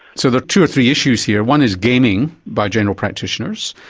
so there are two or three issues here. one is gaming by general practitioners.